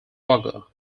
wagga